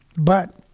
but